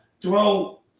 throw